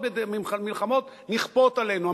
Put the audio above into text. מלחמות נכפות עלינו.